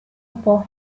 upon